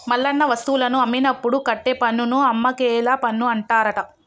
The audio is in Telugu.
మల్లన్న వస్తువులను అమ్మినప్పుడు కట్టే పన్నును అమ్మకేల పన్ను అంటారట